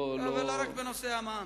לא רק בנושא המע"מ.